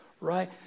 Right